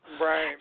right